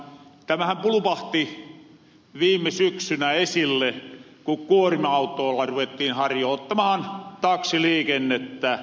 tämähän pulupahti viime syksynä esille kun kuorma autoolla ruvettiin harjoottamahan taksiliikennettä